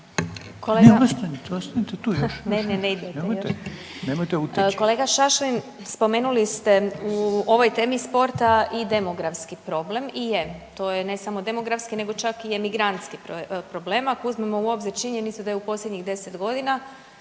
uteći. **Glasovac, Sabina (SDP)** Kolega Šašlin spomenuli ste u ovoj temi sporta i demografski problem i je to je ne samo demografski nego čak i emigrantski problem ako uzmemo u obzir činjenicu da je u posljednjih 10 godina